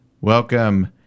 Welcome